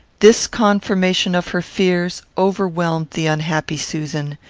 this confirmation of her fears overwhelmed the unhappy susan.